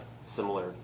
similar